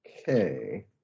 okay